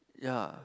ya